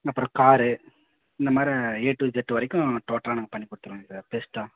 அப்புறம் காரு இந்த மாதிரி ஏ டு இஜட் வரைக்கும் டோட்டலா நாங்கள் பண்ணிக் கொடுத்துருவோங்க சார் பெஸ்ட்டா